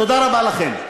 תודה רבה לכם.